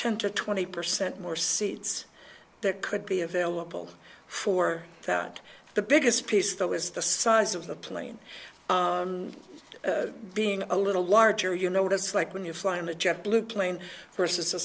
ten to twenty percent more seats that could be available for that the biggest piece though is the size of the plane being a little larger you notice like when you're flying a jet blue plane versus